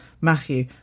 Matthew